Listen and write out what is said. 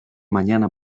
mañana